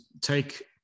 take